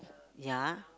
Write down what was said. ya